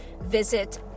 Visit